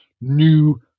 new